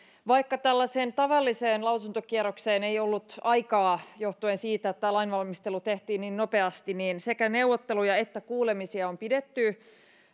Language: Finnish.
vaikka tällaiseen tavalliseen lausuntokierrokseen ei ollut aikaa johtuen siitä että tämä lainvalmistelu tehtiin niin nopeasti niin sekä neuvotteluja että kuulemisia on pidetty